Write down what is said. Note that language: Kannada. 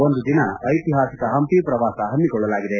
ಒಂದು ದಿನ ಐತಿಹಾಸಿಕ ಪಂಪಿ ಪ್ರವಾಸ ಹಮ್ಗಿಕೊಳ್ಳಲಾಗಿದೆ